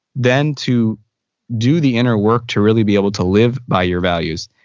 then to do the inner work to really be able to live by your values,